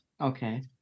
okay